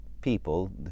people